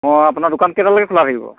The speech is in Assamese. অঁ আপোনাৰ দোকান কেইটালৈকে খোলা থাকিব